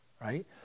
right